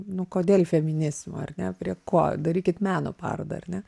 nu kodėl feminizmo ar ne prie ko darykit meno parodą ar ne